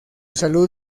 salud